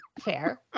Fair